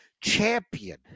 champion